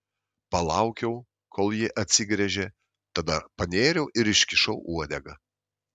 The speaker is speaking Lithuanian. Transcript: palaukiau kol ji atsigręžė tada panėriau ir iškišau uodegą